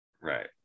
Right